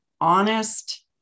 honest